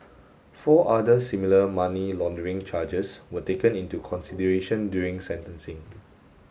four other similar money laundering charges were taken into consideration during sentencing